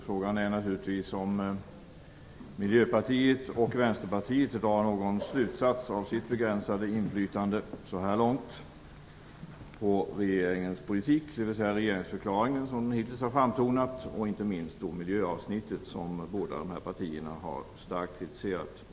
Frågan är naturligtvis om Miljöpartiet och Vänsterpartiet drar någon slutsats av deras, så här långt, begränsade inflytande över regeringens politik, dvs. regeringsförklaringen så som den hittills har framtonat, och inte minst miljöavsnittet som båda partierna har starkt kritiserat.